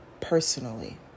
personally